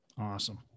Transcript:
Awesome